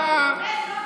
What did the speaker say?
חבר הכנסת סובה, תודה.